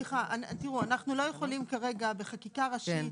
צריך לומר שבקנדה סקרנו רק שלוש פרובינציות ובאוסטרליה בעיקר